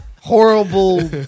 Horrible